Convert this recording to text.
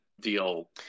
deal